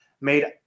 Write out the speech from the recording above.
made –